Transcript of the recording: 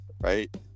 right